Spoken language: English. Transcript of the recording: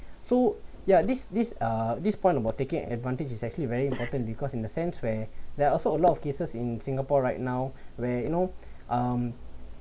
so ya this this uh this point about taking advantage is actually very important because in the sense where there are also a lot of cases in singapore right now where you know um